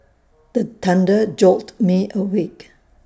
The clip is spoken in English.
the thunder jolt me awake